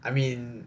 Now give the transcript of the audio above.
I mean